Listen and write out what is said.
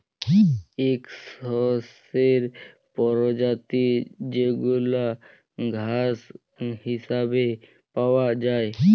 ইক শস্যের পরজাতি যেগলা ঘাঁস হিছাবে পাউয়া যায়